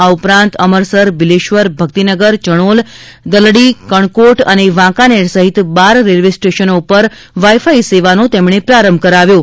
આ ઉપરાંત અમરસર બીલેશ્વર ભક્તિનગર ચણોલ દલડી કણકોટ અને વાંકાનેર સહિત બાર રેલવે સ્ટેશનો ઉપર વાઇ ફાઈ સેવાનો તેમણે પ્રારંભ કરાવ્યો તા